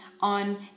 on